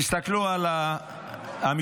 תסתכלו על המשפחות